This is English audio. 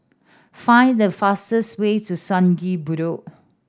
find the fastest way to Sungei Bedok